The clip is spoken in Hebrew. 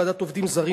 ועדת עובדים זרים,